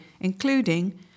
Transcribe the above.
including